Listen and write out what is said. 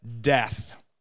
death